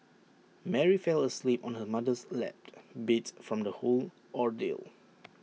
Mary fell asleep on her mother's lap beat from the whole ordeal